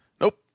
Nope